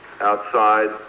outside